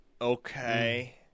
Okay